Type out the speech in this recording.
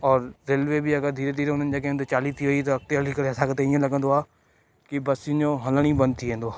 और रेलवे बि अगरि धीरे धीरे हुननि जे अॻियां ते चाली थी वई त अॻिते हली करे असांखे त ईअं लगंदो आहे की बसियुनि जो हलण ई बंदि थी वेंदो